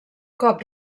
cop